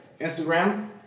Instagram